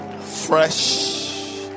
fresh